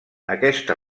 aquesta